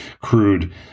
crude